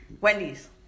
Wendy's